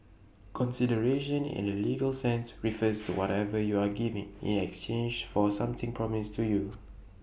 consideration in the legal sense refers to whatever you are giving in exchange for something promised to you